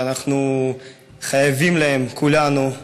שאנחנו חייבים להם כולנו,